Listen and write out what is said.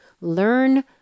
Learn